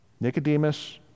Nicodemus